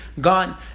gone